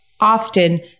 Often